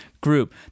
group